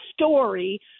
story